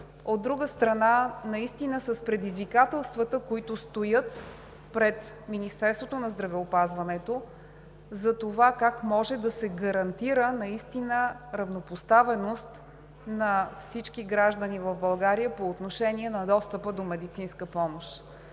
от друга страна, наистина с предизвикателствата, които стоят пред Министерството на здравеопазването, за това как може да се гарантира равнопоставеност на всички граждани в България по отношение на достъпа до медицинска помощ.